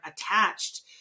attached